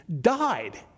died